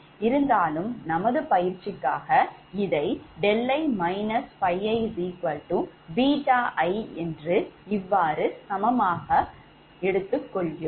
இருந்தாலும் நமது பயிற்சிக்காக இதை 𝛿𝑖−𝜙𝑖 𝛽𝑖 என்று இவ்வாறு சமமான மதிப்பாக எடுத்துக் கொள்கிறோம்